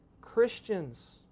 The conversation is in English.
Christians